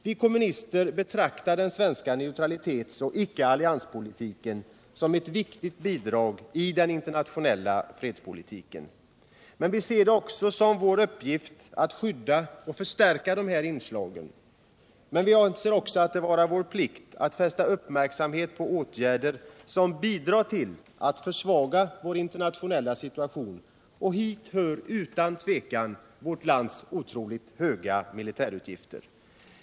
Vi kommunister betraktar den svenska neutralitets och icke-allianspolitiken som ett viktigt bidrag i den internationella fredspolitiken. Viser det som vår uppgift att skydda och förstärka dessa inslag, men vi anser det också vara vår plikt att fästa uppmärksamhet på åtgärder som bidrar till att försvaga vår internationella situation, och hit hör utan tvekan vårt lands otroligt höga militärutgifter.